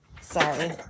Sorry